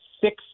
six